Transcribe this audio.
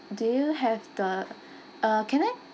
do you have the uh can I